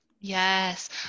Yes